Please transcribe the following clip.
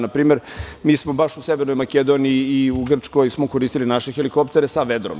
Na primer, mi smo baš u Severnoj Makedoniji i u Grčkoj koristili naše helikoptere sa vedrom.